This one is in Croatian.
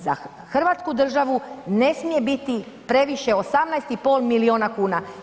Za Hrvatsku državu ne smije biti previše 18,5 miliona kuna.